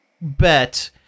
bet